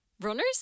runners